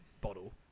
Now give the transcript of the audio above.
bottle